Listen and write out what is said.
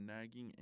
nagging